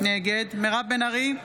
נגד מירב בן ארי,